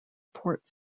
port